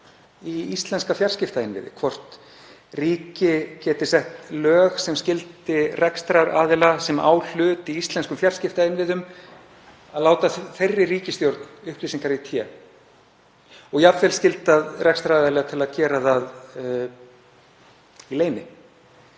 í íslenska fjarskiptainnviði, hvort ríki geti sett lög sem skyldi rekstraraðila sem á hlut í íslenskum fjarskiptainnviðum til að láta þeirri ríkisstjórn upplýsingar í té og jafnvel skylda rekstraraðila til að gera það í leyni.